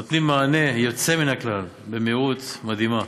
ונותנים מענה יוצא מן הכלל במהירות מדהימה